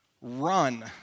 run